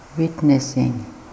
Witnessing